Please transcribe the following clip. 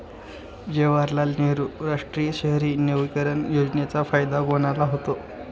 जवाहरलाल नेहरू राष्ट्रीय शहरी नवीकरण योजनेचा फायदा कोणाला होतो?